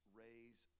raise